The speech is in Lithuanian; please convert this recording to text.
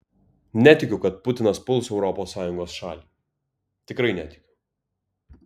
netikiu kad putinas puls europos sąjungos šalį tikrai netikiu